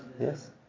Yes